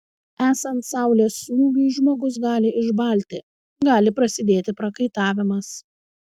esant saulės smūgiui žmogus gali išbalti gali prasidėti prakaitavimas